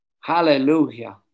Hallelujah